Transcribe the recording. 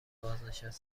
بازنشته